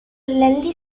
lengthy